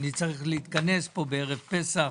אני צריך להתכנס פה בערב פסח